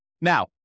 Now